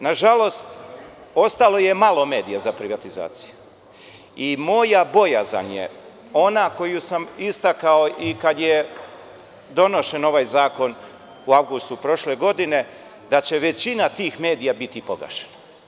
Nažalost, ostalo je malo medija za privatizaciju i moja bojazan je ona koju sam istakao kada je donošen ovaj zakon u avgustu prošle godine da će većina tih medija biti pogašeno.